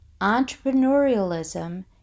entrepreneurialism